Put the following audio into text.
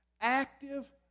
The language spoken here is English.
active